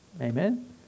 Amen